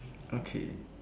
okay